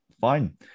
fine